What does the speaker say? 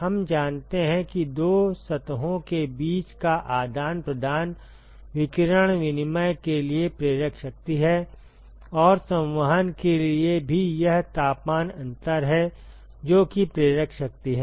हम जानते हैं कि दो सतहों के बीच का आदान प्रदान विकिरण विनिमय के लिए प्रेरक शक्ति है और संवहन के लिए भी यह तापमान अंतर है जो कि प्रेरक शक्ति है